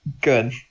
Good